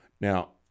Now